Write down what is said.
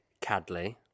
Cadley